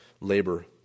labor